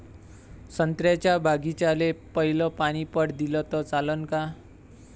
संत्र्याच्या बागीचाले पयलं पानी पट दिलं त चालन का?